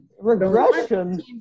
Regression